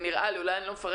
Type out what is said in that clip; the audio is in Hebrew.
בואו נאמץ את המכסה הזו.